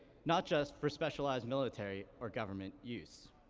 not just for specialized military or government use.